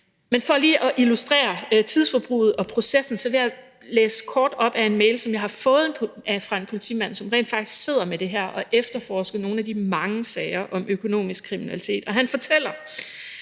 Men for lige at illustrere tidsforbruget og processen vil jeg læse kort op af en mail, som jeg har fået fra en politimand, som rent faktisk sidder med det her og efterforsker nogle af de mange sager om økonomisk kriminalitet, og han fortæller,